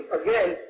again